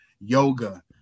yoga